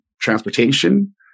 transportation